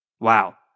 Wow